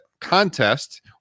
contest